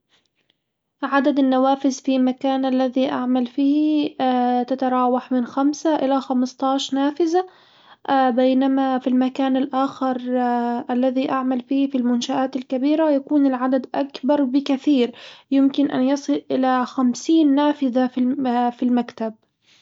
عدد النوافذ في المكان الذي أعمل فيه تتراوح من خمسة إلى خمستاش نافذة، بينما في المكان الآخر الذي أعمل فيه في المنشآت الكبيرة يكون العدد أكبر بكثير يمكن أن يصل إلى خمسين نافذة في الم- في المكتب.